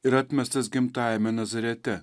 ir atmestas gimtajame nazarete